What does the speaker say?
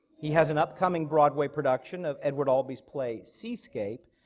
he has an upcoming broadway production of edward albee's play, seascape,